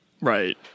Right